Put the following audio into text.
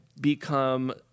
become